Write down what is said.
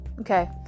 Okay